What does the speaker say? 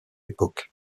époque